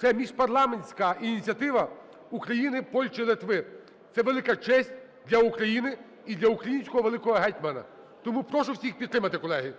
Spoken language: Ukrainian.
Це міжпарламентська ініціатива України, Польщі і Литви. Це велика честь для України і для українського великого гетьмана. Тому прошу всіх підтримати, колеги.